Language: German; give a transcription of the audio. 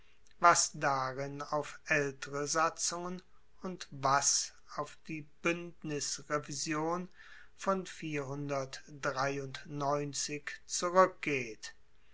was darin auf aeltere satzungen und was auf die buendnisrevision von zurueckgeht